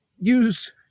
use